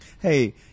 Hey